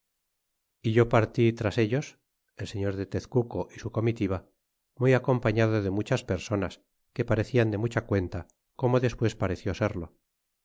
e yo partí luego iras ellos el se ñor de tezcuco y su comitiva muy acompañado de muchas personas que parecían de mucha cuenta como despues parea ció serlo